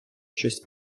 щось